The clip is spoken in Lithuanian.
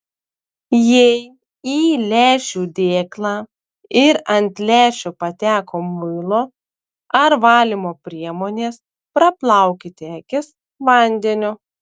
jei į lęšių dėklą ir ant lęšių pateko muilo ar valymo priemonės praplaukite akis vandeniu